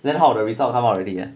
then how the results come out already ah